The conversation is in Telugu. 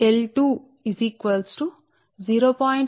కాబట్టిఇదే విషయం L2 0